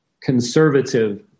conservative